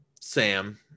sam